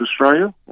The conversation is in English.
Australia